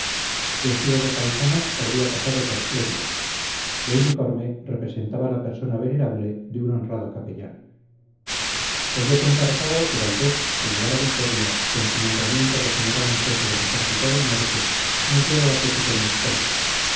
vestido de paisano habría pasado por clérigo de uniforme representaba la persona venerable de un honrado capellán oyó contar fago que valdés al llegar a vitoria con su nombramiento de general en jefe del ejército del norte no llevaba séquito ni escolta